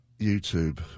YouTube